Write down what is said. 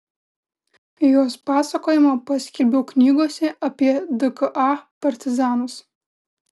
jos pasakojimą paskelbiau knygose apie dka partizanus